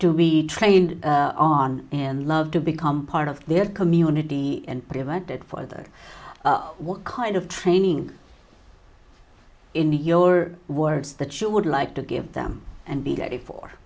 to be trained on and love to become part of their community and prevented further what kind of training in your words that you would like to give them and be ready for